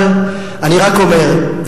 אבל אני רק אומר,